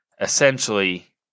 essentially